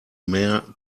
mare